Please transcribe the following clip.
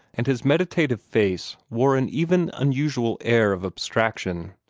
and his meditative face wore an even unusual air of abstraction.